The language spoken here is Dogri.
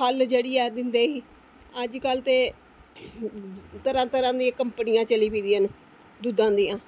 पैह्लें जेह्ड़े हे दिंदे हे ई ते अज्जकल जेह्ड़ी ऐ तरहां तरहां दियां कंपनियां चली पेदियां न दुद्धा आह्लियां